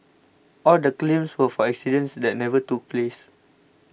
all the claims were for accidents that never took place